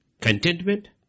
contentment